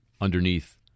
underneath